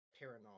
paranormal